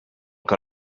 que